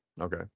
Okay